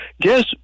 guess